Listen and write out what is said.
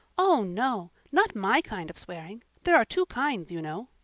oh no, not my kind of swearing. there are two kinds, you know.